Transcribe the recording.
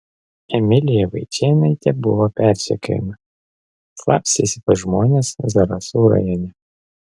emilija vaičėnaitė buvo persekiojama slapstėsi pas žmones zarasų rajone